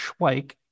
Schweik